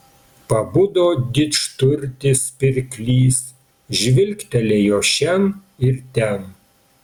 pabudo didžturtis pirklys žvilgtelėjo šen ir ten